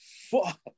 fuck